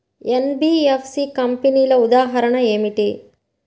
NBFC కంపెనీల ఉదాహరణ ఏమిటి?